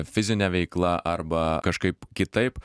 fizine veikla arba kažkaip kitaip